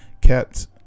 kept